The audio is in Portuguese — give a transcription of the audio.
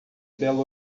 belo